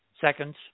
seconds